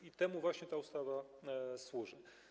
I temu właśnie ta ustawa służy.